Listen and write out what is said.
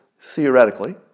theoretically